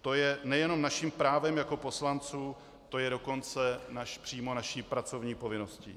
To je nejenom naším právem jako poslanců, to je dokonce přímo naší pracovní povinností.